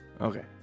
Okay